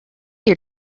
your